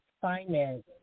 finance